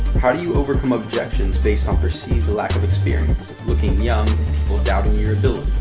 how do you overcome objections based on perceived lack of experience, looking young or doubting your ability?